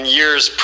years